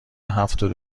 هفتاد